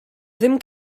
ddim